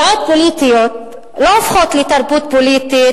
דעות פוליטיות לא הופכות לתרבות פוליטית,